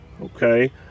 okay